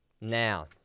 Now